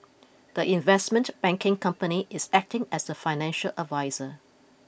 the investment banking company is acting as a financial adviser